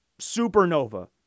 supernova